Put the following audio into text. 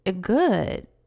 good